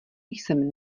jsem